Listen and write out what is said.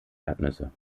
erdnüsse